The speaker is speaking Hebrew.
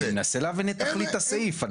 אני מנסה להבין את תכלית הסעיף.